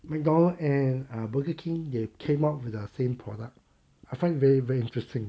McDonald's and um burger king they came up with the same product I find it very very interesting